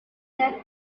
that